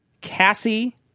Cassie